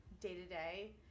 day-to-day